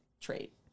trait